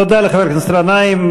תודה לחבר הכנסת גנאים.